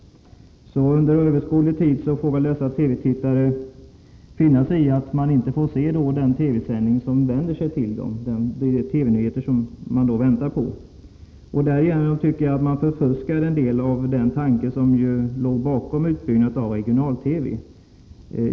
Under överskådlig tid får väl dessa TV-tittare finna sig i att inte få se de TV-nyheter som vänder sig till dem. Därigenom tycker jag att man förfuskar en del av den tanke som låg bakom utbyggnaden av regional-TV.